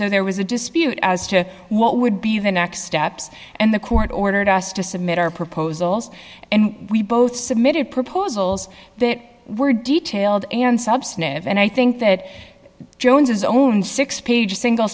so there was a dispute as to what would be the next steps and the court ordered us to submit our proposals and we both submitted proposals that were detailed and substantive and i think that jones's own six page single